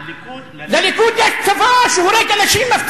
לליכוד יש צבא שהורג אנשים,